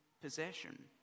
possession